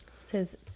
says